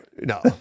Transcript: no